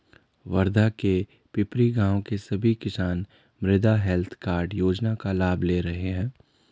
वर्धा के पिपरी गाँव के सभी किसान मृदा हैल्थ कार्ड योजना का लाभ ले रहे हैं